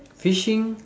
fishing